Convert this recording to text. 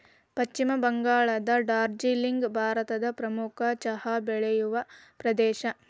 ಪಶ್ಚಿಮ ಬಂಗಾಳದ ಡಾರ್ಜಿಲಿಂಗ್ ಭಾರತದ ಪ್ರಮುಖ ಚಹಾ ಬೆಳೆಯುವ ಪ್ರದೇಶ